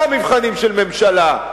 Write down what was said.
אלה המבחנים של ממשלה.